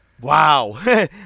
Wow